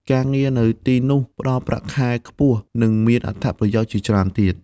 ការងារនៅទីនោះផ្តល់ប្រាក់ខែខ្ពស់និងមានអត្ថប្រយោជន៍ជាច្រើនទៀត។